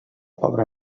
pobre